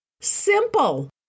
Simple